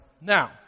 Now